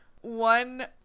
one